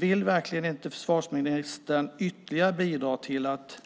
Vill verkligen inte försvarsministern bidra till att